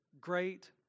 great